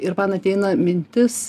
ir man ateina mintis